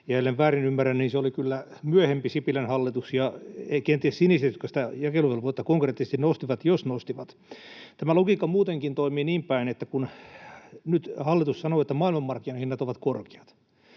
ja ellen väärin ymmärrä, niin se oli kyllä myöhempi Sipilän hallitus ja kenties siniset, jotka sitä jakeluvelvoitetta konkreettisesti nostivat, jos nostivat. Tämä logiikka muutenkin toimii niin päin, että nyt hallitus sanoo, että maailmanmarkkinahinnat ovat korkeat